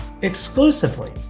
exclusively